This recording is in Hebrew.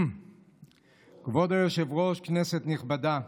כבוד היושב-ראש, כנסת נכבדה,